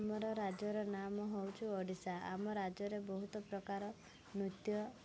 ଆମର ରାଜ୍ୟର ନାମ ହେଉଛି ଓଡ଼ିଶା ଆମ ରାଜ୍ୟରେ ବହୁତ ପ୍ରକାର ନୃତ୍ୟ